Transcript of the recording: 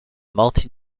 multi